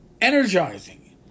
energizing